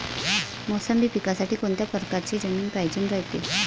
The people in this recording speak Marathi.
मोसंबी पिकासाठी कोनत्या परकारची जमीन पायजेन रायते?